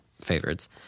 favorites